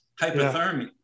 hypothermia